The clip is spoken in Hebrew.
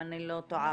אם אני לא טועה,